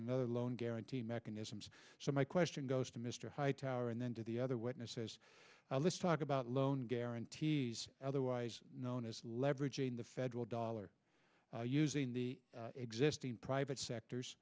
administration other loan guarantee mechanisms so my question goes to mr hightower and then to the other witnesses let's talk about loan guarantees otherwise known as leveraging the federal dollars using the existing private sectors